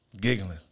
giggling